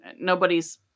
nobody's